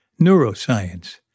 neuroscience